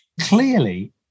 clearly